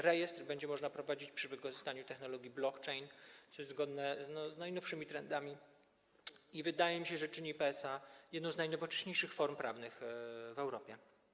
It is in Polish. Rejestr będzie można prowadzić przy wykorzystaniu technologii blockchain, co jest zgodne z najnowszymi trendami i, jak mi się wydaje, czyni PSA jedną z najnowocześniejszych form prawnych w Europie.